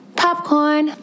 popcorn